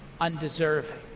undeserving